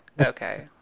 okay